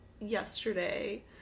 yesterday